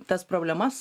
tas problemas